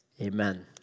amen